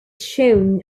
shown